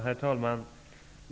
Herr talman!